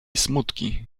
smutki